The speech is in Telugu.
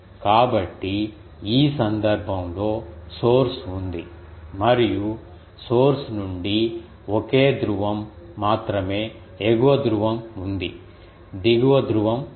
కాబట్టి ఈ సందర్భంలో సోర్స్ ఉంది మరియు సోర్స్ నుండి ఒకే ధ్రువం మాత్రమే ఎగువ ధ్రువం ఉంది దిగువ ధ్రువం లేదు